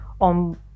on